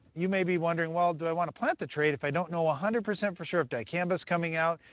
you may be wondering, well do i want to plant the trait if i don't know one ah hundred percent for sure if dicamba's coming out?